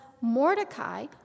Mordecai